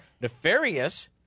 nefarious